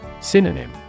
Synonym